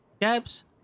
Cabs